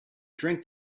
drink